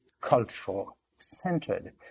cultural-centered